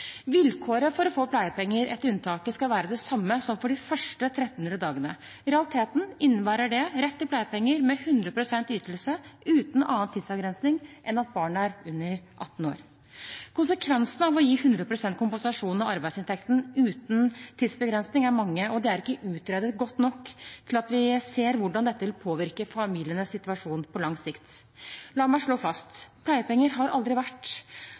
Vilkåret for å få pleiepenger etter unntaket skal være det samme som for de første 1 300 dagene. I realiteten innebærer det rett til pleiepenger med 100 pst. ytelse uten annen tidsavgrensning enn at barnet er under 18 år. Konsekvensene av å gi 100 pst. kompensasjon av arbeidsinntekten uten tidsbegrensning er mange, og de er ikke utredet godt nok til at vi ser hvordan dette vil påvirke familienes situasjon på lang sikt. La meg slå fast: Pleiepenger har aldri vært